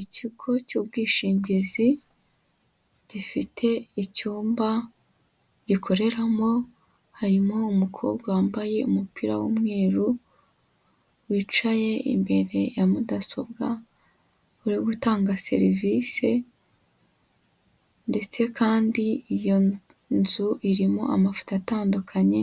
Ikigo cy'ubwishingizi gifite icyumba gikoreramo, harimo umukobwa wambaye umupira w'umweru wicaye imbere ya mudasobwa yo gutanga serivisi ndetse kandi iyo nzu irimo amafoto atandukanye